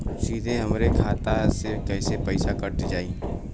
सीधे हमरे खाता से कैसे पईसा कट जाई?